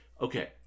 okay